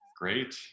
Great